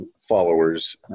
followers